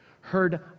heard